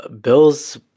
Bills